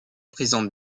présente